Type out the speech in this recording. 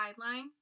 guideline